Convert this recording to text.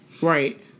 Right